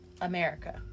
America